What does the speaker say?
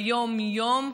ביום-יום,